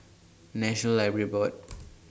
National Library Board